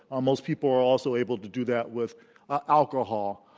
ah most people are also able to do that with alcohol.